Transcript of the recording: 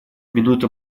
минута